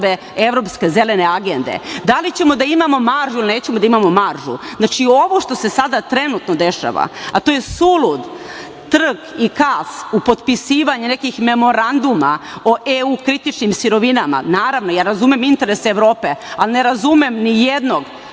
Evropske „Zelene“ agende? Da li ćemo da imamo maržu ili nećemo da imamo maržu? Znači, ovo što se sada trenutno dešava, a to je sulud trk i kaf u potpisivanje nekih memoranduma o EU kritičnim sirovinama naravno, ja razumem interese Evrope, ali ne razumem nijednog